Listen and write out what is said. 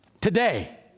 today